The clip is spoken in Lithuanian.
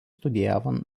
studijavo